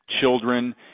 children